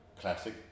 classic